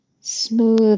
smooth